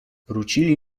wrócili